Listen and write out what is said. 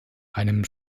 einem